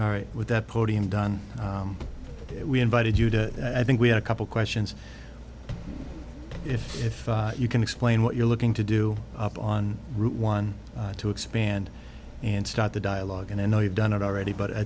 all right with that podium don we invited you to i think we had a couple questions if if you can explain what you're looking to do up on route one to expand and start the dialogue and i know you've done it already but i